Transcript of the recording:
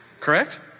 Correct